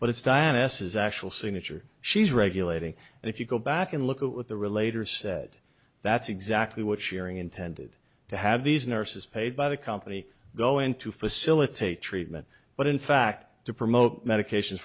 but it's diana s's actual signature she's regulating and if you go back and look at what the relator said that's exactly what sharing intended to have these nurses paid by the company going to facilitate treatment but in fact to promote medications